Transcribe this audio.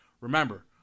Remember